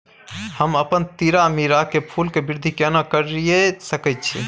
हम अपन तीरामीरा के फूल के वृद्धि केना करिये सकेत छी?